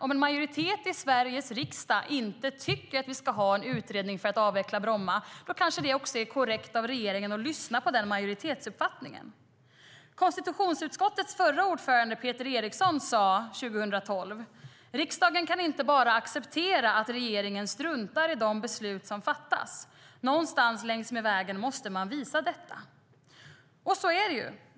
Om en majoritet i Sveriges riksdag inte tycker att vi ska ha en utredning för att avveckla Bromma är det kanske korrekt av regeringen att lyssna på den majoritetsuppfattningen. Konstitutionsutskottets förre ordförande Peter Eriksson sa 2012: "Riksdagen kan inte bara acceptera att regeringen struntar i de beslut som fattas. Någonstans längs vägen måste man visa det." Så är det ju.